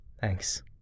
Thanks